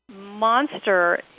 monster